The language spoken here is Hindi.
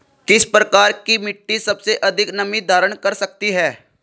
किस प्रकार की मिट्टी सबसे अधिक नमी धारण कर सकती है?